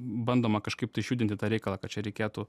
bandoma kažkaip tai išjudinti tą reikalą kad čia reikėtų